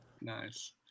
Nice